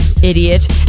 Idiot